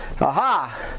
aha